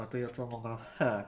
orh 对 lor 做梦 lor